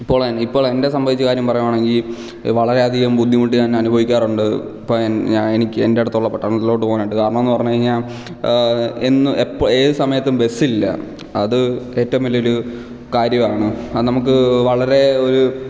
ഇപ്പോൾ എൻ്റെ സംബന്ധിച്ച കാര്യം പറയുകയാണെങ്കിൽ വളരെ അധികം ബുദ്ധിമുട്ട് ഞാൻ അനുഭവിക്കാറുണ്ട് ഇപ്പോൾ ഞാൻ എനിക്ക് എൻ്റെ അടുത്തുള്ള പട്ടണത്തിലോട്ട് പോകാനായിട്ട് കാരണമെന്നുപറഞ്ഞു കഴിഞ്ഞാൽ എന്നും എപ്പോഴും ഏത് സമയത്തും ബസ് ഇല്ല അത് ഏറ്റവും വലിയ ഒരു കാര്യമാണ് അത് നമുക്ക് വളരെ ഒരു